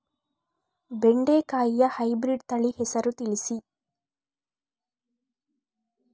ಬೆಂಡೆಕಾಯಿಯ ಹೈಬ್ರಿಡ್ ತಳಿ ಹೆಸರು ತಿಳಿಸಿ?